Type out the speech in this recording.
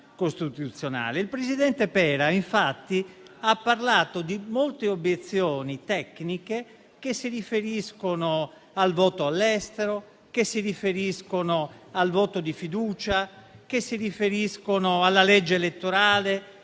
Il presidente Pera, infatti, ha parlato di molte obiezioni tecniche che si riferiscono al voto all'estero, al voto di fiducia, alla legge elettorale,